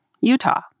Utah